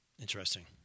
Interesting